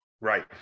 Right